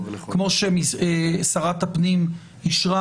כמו ששרת הפנים אישרה,